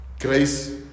grace